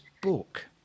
book